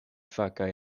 fakaj